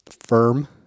firm